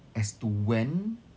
as to when